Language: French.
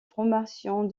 formations